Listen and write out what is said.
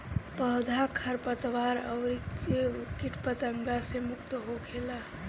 पौधा खरपतवार अउरी किट पतंगा से मुक्त होखेला